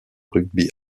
rugby